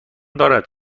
دارد